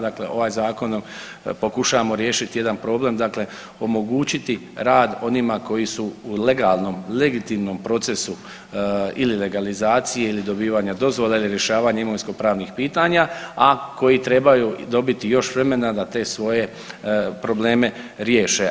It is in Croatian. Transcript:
Dakle, ovaj zakonom pokušavamo riješiti jedan problem, dakle omogućiti rad onima koji su u legalnom, legitimnom procesu ili legalizacije ili dobivanja dozvola ili rješavanja imovinsko pravnih pitanja, a koji trebaju dobiti još vremena da te svoje probleme riješe.